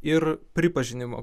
ir pripažinimo